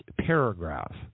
paragraph